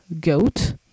goat